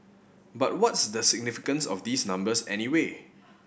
but what's the significance of these numbers anyway